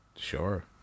Sure